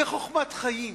בחוכמת חיים,